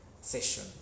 session